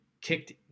kicked